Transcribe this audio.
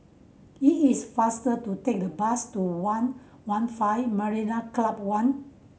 it is faster to take the bus to One One Five Marina Club One